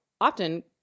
often